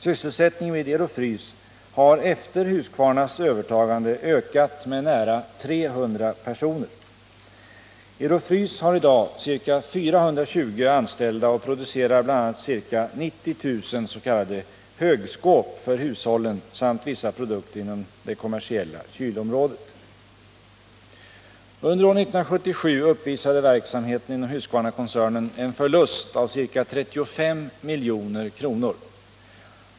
Sysselsättningen vid Ero-Frys har efter Husqvarnas övertagande ökat med nära 300 personer. Ero-Frys har i dag ca 420 anställda och producerar bl.a. ca 90 000 s.k. högskåp för hushållen samt vissa produkter inom det kommersiella kylområdet. Under år 1977 uppvisade verksamheten inom Husqvarnakoncernen en förlust av ca 35 milj.kr.